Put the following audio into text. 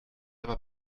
aber